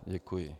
Děkuji.